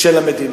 של המדינה.